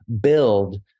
build